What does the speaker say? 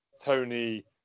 Tony